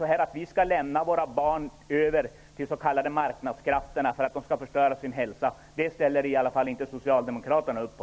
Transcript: Skall vi lämna över våra barn till marknadskrafterna så att de kan förstöra sin hälsa? Det ställer i alla fall inte socialdemokraterna upp på.